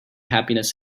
happiness